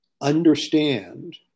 understand